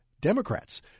Democrats